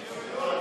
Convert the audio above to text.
סעדי,